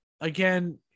again